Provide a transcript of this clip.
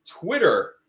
Twitter